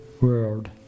world